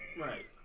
Right